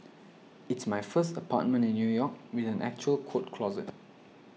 it's my first apartment in New York with an actual coat closet